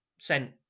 sent